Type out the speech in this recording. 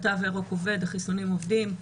התו הירוק עובד, החיסונים עובדים.